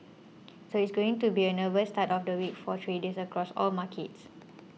so it's going to be a nervous start to the week for traders across all markets